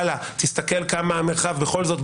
תסתכל כמה המרחב בכל זאת,